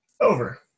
Over